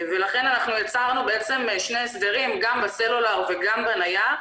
לכן יצרנו שני הסדרים גם בסלולר וגם בנייח